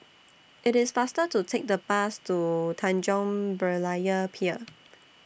IT IS faster to Take The Bus to Tanjong Berlayer Pier